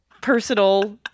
personal